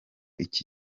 iki